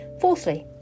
Fourthly